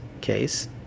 case